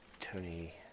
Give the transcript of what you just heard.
Tony